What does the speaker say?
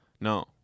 No